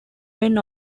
went